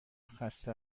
خسته